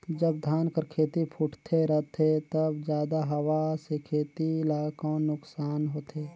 जब धान कर खेती फुटथे रहथे तब जादा हवा से खेती ला कौन नुकसान होथे?